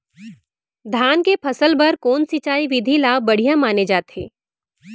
धान के फसल बर कोन सिंचाई विधि ला बढ़िया माने जाथे?